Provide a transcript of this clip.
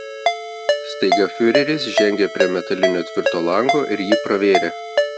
staiga fiureris žengė prie metalinio tvirto lango ir jį pravėrė